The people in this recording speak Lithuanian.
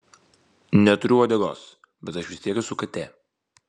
neturiu uodegos bet aš vis tiek esu katė